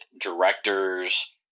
directors